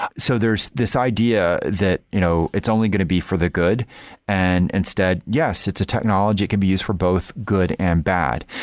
so there's this idea that you know it's only going to be for the good and instead, yes, it's a technology. it can be used for both good and bad.